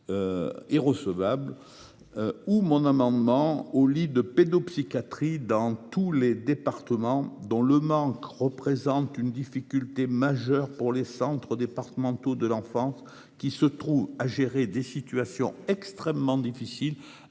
en Ehpad et de mon amendement relatif aux lits de pédopsychiatrie dans tous les départements, dont le manque représente une difficulté majeure pour les centres départementaux de l’enfance, qui se retrouvent à gérer des situations extrêmement difficiles,